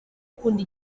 ukunda